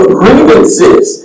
grievances